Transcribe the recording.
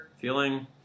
feeling